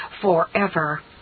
forever